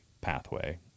pathway